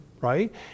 right